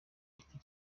giti